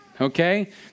okay